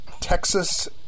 Texas